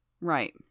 Right